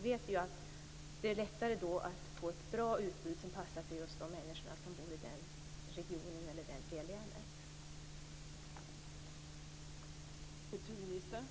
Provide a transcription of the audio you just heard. Det är då lättare att få ett bra utbud som passar de människor som bor i den regionen eller det länet.